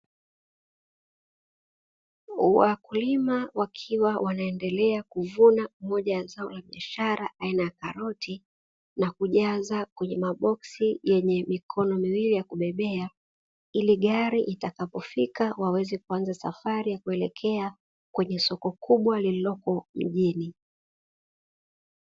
Wakulima wakiwa wanaendelea kuvuna moja ya zao biashara aina ya karoti na kujaza kwenye maboksi yenye mikono miwili ya kubebea, ili gari itakapofika waweze kuanza safari ya kuelekea kwenye soko kubwa lililopo mjini.